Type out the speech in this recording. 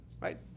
Right